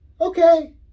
okay